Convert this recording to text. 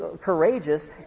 courageous